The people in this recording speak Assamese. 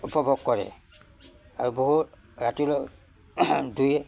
উপভোগ কৰে আৰু বহুত ৰাতিলৈ দুয়ে